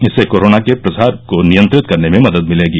इससे कोरोना के प्रसार को नियंत्रित करने में मदद मिलेगी